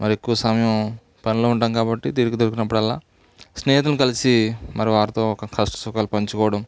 మరి ఎక్కువ సమయం పనిలో ఉంటాం కాబట్టి తీరిక దొరికినప్పుడల్లా స్నేహితులను కలిసి మరి వారితో ఒక కష్టసుఖాలు పంచుకోవడం